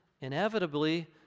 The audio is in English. inevitably